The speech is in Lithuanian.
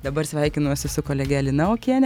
dabar sveikinuosi su kolege lina okiene